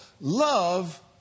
love